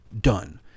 done